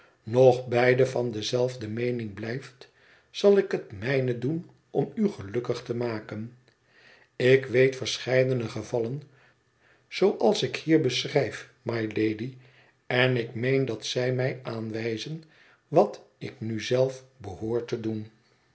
nog beide van dezelfde meening blijft zal ik het mijne doen om u gelukkig te maken ik weet verscheidene gevallen zooals ik hier beschrijf mylady en ik meen dat zij mij aanwijzen wat ik nu zelf behoor te doen